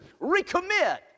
recommit